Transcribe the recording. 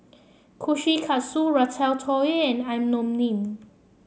Kushikatsu Ratatouille and Imoni